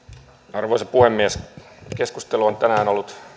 arvoisa puhemies keskustelu on tänään ollut